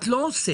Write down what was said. את לא עוסק.